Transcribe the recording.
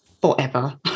forever